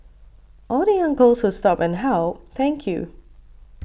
all the uncles who stopped and helped thank you